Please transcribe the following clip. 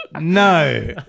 No